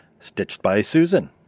stitchedbysusan